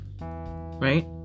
Right